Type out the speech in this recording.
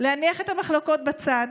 להניח את המחלוקות בצד,